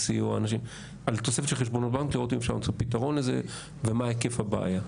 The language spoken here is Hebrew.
לראות אם אפשר למצוא פתרון לזה ומה היקף הבעיה.